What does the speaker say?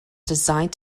designed